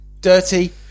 dirty